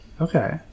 Okay